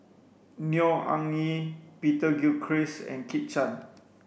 Neo Anngee Peter Gilchrist and Kit Chan